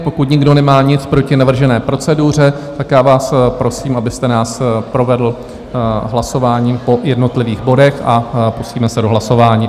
Pokud nikdo nemá nic proti navržené proceduře, tak vás prosím, abyste nás provedl hlasováním po jednotlivých bodech, a pustíme se do hlasování.